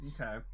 Okay